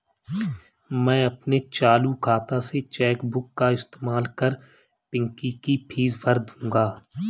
मैं अपने चालू खाता से चेक बुक का इस्तेमाल कर पिंकी की फीस भर दूंगा